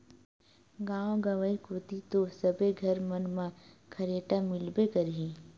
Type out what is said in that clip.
गाँव गंवई कोती तो सबे घर मन म खरेटा मिलबे करही